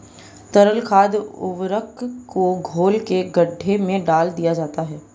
तरल खाद उर्वरक को घोल के गड्ढे में डाल दिया जाता है